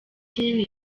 kinini